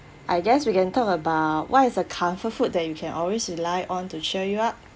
I guess we can talk about what is a comfort food that you can always rely on to cheer you up